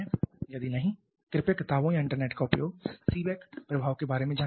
यदि नहीं कृपया किताबों या इंटरनेट का उपयोग Seebeck प्रभाव के बारे में जानने में करें